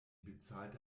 bezahlte